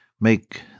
make